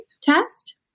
test